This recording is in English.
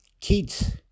kids